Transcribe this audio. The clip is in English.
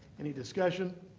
any discussion?